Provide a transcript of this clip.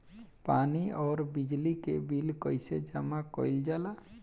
पानी और बिजली के बिल कइसे जमा कइल जाला?